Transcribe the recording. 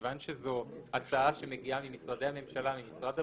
מכיוון שזאת הצעה שמגיעה מהממשלה וממשרד הבריאות,